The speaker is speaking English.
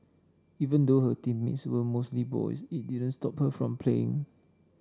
even though her teammates were mostly boys it didn't stop her from playing